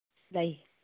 ꯂꯩ